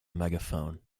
megaphone